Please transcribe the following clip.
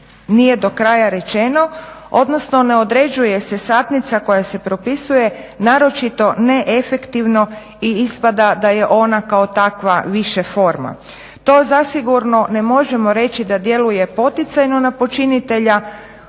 nije do kraja rečeno, odnosno ne određuje se satnica koja se propisuje, naročito ne efektivno i ispada da je ona kao takva više forma. To zasigurno ne možemo reći da djeluje poticajno na počinitelja